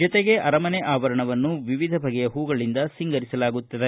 ಜತೆಗೆ ಅರಮನೆ ಅವರಣವನ್ನು ವಿವಿಧ ಬಗೆಯ ಹೂಗಳಿಂದ ಸಿಂಗರಿಸಲಾಗುತ್ತದೆ